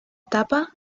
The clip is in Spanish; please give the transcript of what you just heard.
tapa